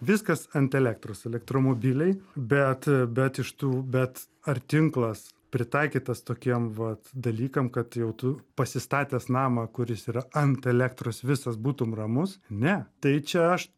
viskas ant elektros elektromobiliai bet bet iš tų bet ar tinklas pritaikytas tokiem vat dalykam kad jau tu pasistatęs namą kuris yra ant elektros visas būtum ramus ne tai čia aš